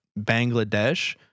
Bangladesh